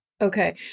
okay